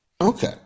okay